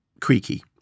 creaky